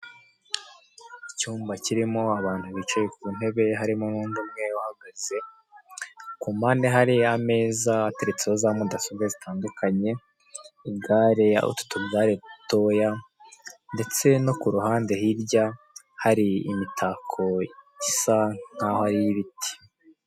Icyumba kirimo abantu bicaye ku ntebe harimo n'undi umwe uhagaze, ku mpande hariyo ameza ateretseho za mudasobwa zitandukanye. Igare, utu tugare dutoya, ndetse no ku ruhande hirya hari imitako isa nkaho ari iy'ibiti.